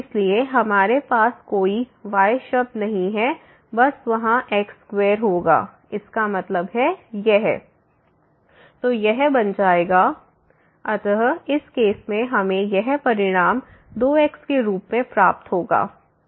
इसलिए हमारे पास कोई y शब्द नहीं है बस वहां x2 होगा इसका मतलब है x→0xx2 x2x तो यह बन जाएगा x→02xxx2x2x अतः इस केस में हमें यह परिणाम 2x के रूप में प्राप्त होगा